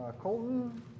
Colton